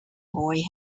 boy